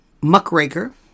muckraker